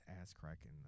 ass-cracking